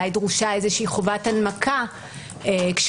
אולי דרושה איזושהי חובת הנמקה כשעושים